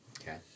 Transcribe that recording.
Okay